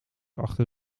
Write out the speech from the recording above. achter